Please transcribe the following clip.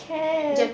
can